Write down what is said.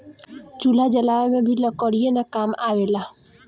चूल्हा जलावे में भी लकड़ीये न काम आवेला